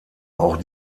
auch